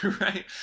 Right